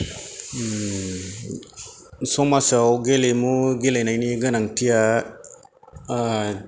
समाजाव गेलेमु गेलेनायनि गोनांथिया